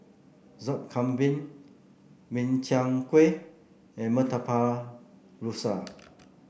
Sup Kambing Min Chiang Kueh and Murtabak Rusa